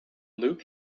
luke